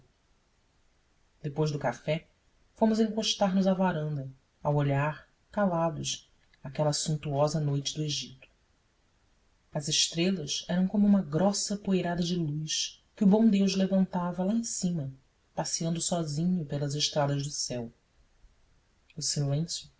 depois do café fomos encostar nos à varanda a olhar calados aquela suntuosa noite do egito as estrelas eram como uma grossa poeirada de luz que o bom deus levantava lá em cima passeando sozinho pelas estradas do céu